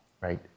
right